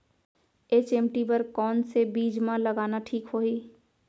HMT बर कौन से बीज मा लगाना ठीक होही?